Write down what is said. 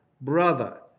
brother